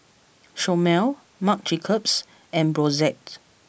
Chomel Marc Jacobs and Brotzeit